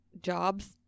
jobs